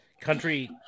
country